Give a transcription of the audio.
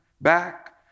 back